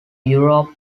europe